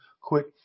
quit